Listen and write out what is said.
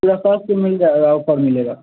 مل جائے گا آپھر ملے گا